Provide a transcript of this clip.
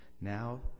Now